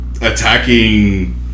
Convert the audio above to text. attacking